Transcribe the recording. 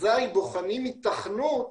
אזי בוחנים היתכנות